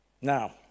Now